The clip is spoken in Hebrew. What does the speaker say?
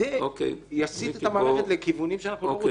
וזה יסיט את המערכת לכיוונים שאנחנו לא רוצים.